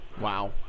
Wow